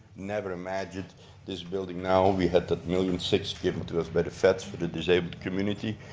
never imagined this building now. we had the million six given to us by the feds for the disabled community,